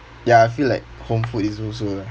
ya I feel like home food is also lah